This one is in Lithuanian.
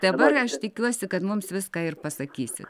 dabar aš tikiuosi kad mums viską ir pasakysit